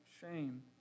shame